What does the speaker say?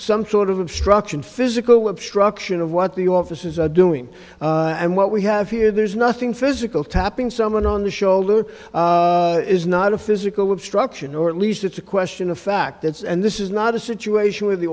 some sort of obstruction physical web struction of what the officers are doing and what we have here there's nothing physical tapping someone on the shoulder is not a physical obstruction or at least it's a question of fact that's and this is not a situation where the